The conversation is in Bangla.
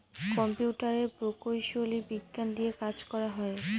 কম্পিউটারের প্রকৌশলী বিজ্ঞান দিয়ে কাজ করা হয়